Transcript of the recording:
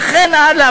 וכן הלאה.